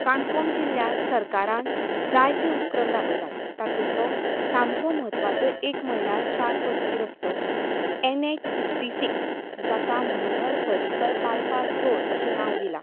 काणकोण जिल्ल्यांत सरकारान जाय ते उपक्रम राबयल्यात तातुंलो सामको म्हत्वाचो एक म्हणल्यार चार पदरी रस्तो एन एच सिक्स्टी सिक्स जाका मनोहर पर्रीकर बायपास रोड अशें नांव दिलां